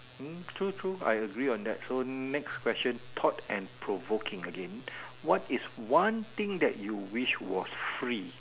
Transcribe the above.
mm true true I agree on that so next question thought and provoking again what is one thing that you wish was free